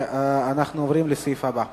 אנחנו עוברים לסעיף הבא: